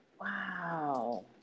Wow